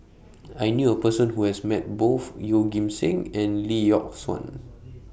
I knew A Person Who has Met Both Yeoh Ghim Seng and Lee Yock Suan